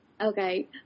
Okay